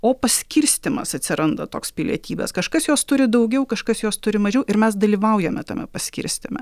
o paskirstymas atsiranda toks pilietybės kažkas jos turi daugiau kažkas jos turi mažiau ir mes dalyvaujame tame paskirstyme